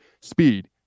Speed